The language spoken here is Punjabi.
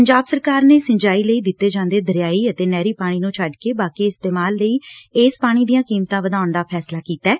ਪੰਜਾਬ ਸਰਕਾਰ ਨੇ ਸੰਜਾਈ ਲਈ ਦਿੱਤੇ ਜਾਂਦੇ ਦਰਿਆਈ ਅਤੇ ਨਹਿਰੀ ਪਾਣੀ ਨੂੰ ਛੱਡਕੇ ਬਾਕੀ ਇਸਤੇਮਾਲ ਲਈ ਇਸ ਪਾਣੀ ਦੀਆਂ ਕੀਮਤਾਂ ਵਧਾਉਣ ਦਾ ਫੈਸਲਾ ਕੀਤੈ